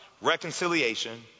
Reconciliation